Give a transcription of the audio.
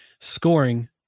scoring